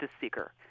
seeker